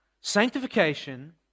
Sanctification